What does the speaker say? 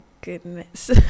goodness